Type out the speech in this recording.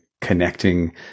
connecting